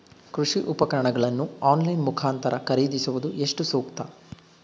ಕೃಷಿ ಉಪಕರಣಗಳನ್ನು ಆನ್ಲೈನ್ ಮುಖಾಂತರ ಖರೀದಿಸುವುದು ಎಷ್ಟು ಸೂಕ್ತ?